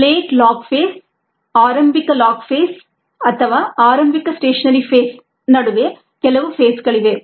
late log phase ಆರಂಭಿಕ log phase ಅಥವಾ ಆರಂಭಿಕ ಸ್ಟೇಷನರಿ ಫೇಸ್ ನಡುವೆ ಕೆಲವು ಫೇಸ್ ಗಳಿವೆ